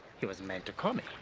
he was meant to call